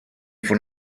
von